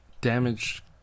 damage